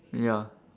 ya